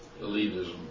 Elitism